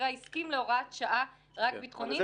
הסכים להוראת שעה רק לעניין הביטחוני.